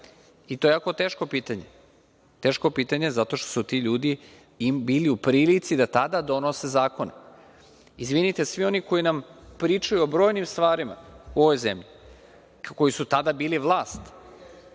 To je jako teško pitanje. Teško pitanje, zato što su ti ljudi bili u prilici da tada donose zakone. Izvinite, svi oni koji nam pričaju o brojnim stvarima u ovoj zemlji, koji su tada bili vlast,